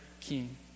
king